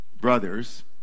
brothers